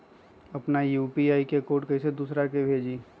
अपना यू.पी.आई के कोड कईसे दूसरा के भेजी?